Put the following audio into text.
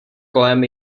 kolem